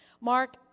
Mark